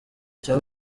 icya